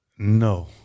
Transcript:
No